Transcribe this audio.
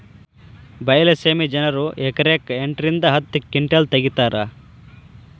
ಬೈಲಸೇಮಿ ಜನರು ಎಕರೆಕ್ ಎಂಟ ರಿಂದ ಹತ್ತ ಕಿಂಟಲ್ ತಗಿತಾರ